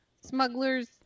smugglers